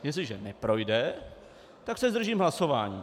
Jestliže neprojde, tak se zdržím hlasování.